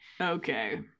Okay